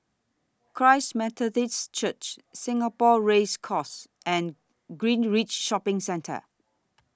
Christ Methodist Church Singapore Race Course and Greenridge Shopping Centre